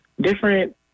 different